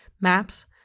maps